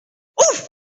ouf